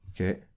okay